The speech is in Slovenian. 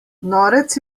norec